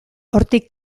hortik